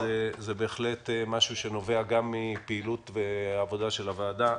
זה בהחלט דבר שנובע גם מפעילות ועבודה של הוועדה.